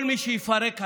כל מי שיפרק הלילה,